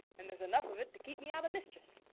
and there's enough of it to keep me out of mischief.